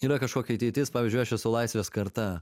yra kažkokia ateitis pavyzdžiui aš esu laisvės karta